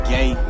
Gay